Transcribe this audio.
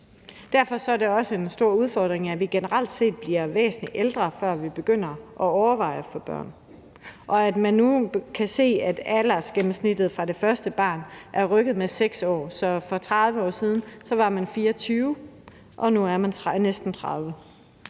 Derfor er det også en stor udfordring, at vi generelt set bliver væsentlig ældre, før vi begynder at overveje at få børn, og at man nu kan se, at aldersgennemsnittet i forhold til det første barn er rykket med 6 år. Så for 30 år siden var man 24 år, og nu er man næsten 30